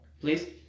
please